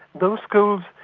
those schools,